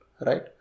right